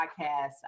podcast